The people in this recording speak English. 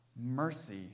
mercy